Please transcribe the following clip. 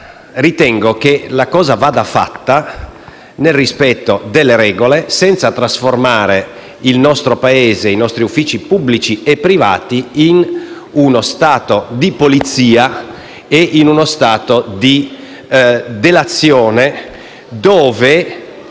ritengo che la cosa vada fatta nel rispetto delle regole, senza trasformare il nostro Paese e i nostri uffici, pubblici e privati, in uno Stato di Polizia e di delazione, dove